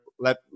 Let